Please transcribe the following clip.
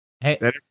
Hey